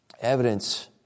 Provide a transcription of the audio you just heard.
evidence